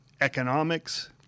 economics